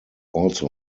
also